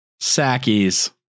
sackies